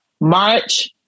March